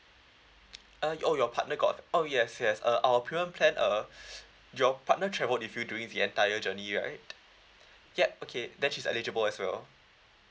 uh oh your partner got oh yes yes uh our premium plan uh your partner traveled with you during the entire journey right ya okay then she's eligible as well